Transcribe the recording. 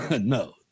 No